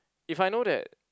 if I know that